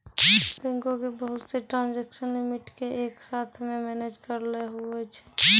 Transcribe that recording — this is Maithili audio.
बैंको के बहुत से ट्रांजेक्सन लिमिट के एक साथ मे मैनेज करैलै हुवै छै